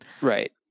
Right